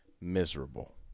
miserable